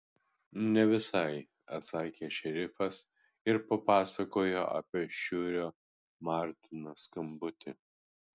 ne visai atsakė šerifas ir papasakojo apie šiurio martino skambutį